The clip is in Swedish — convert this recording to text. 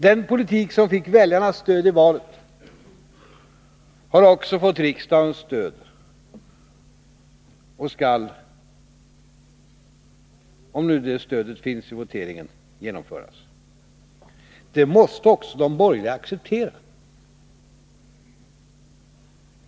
Den politik som fick väljarnas stöd i valet har också fått riksdagens stöd och skall, om det stödet nu finns vid voteringen, genomföras. Detta måste också de borgerliga acceptera.